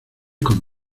con